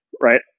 Right